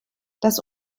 das